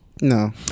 No